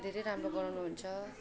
धेरै राम्रो गराउनु हुन्छ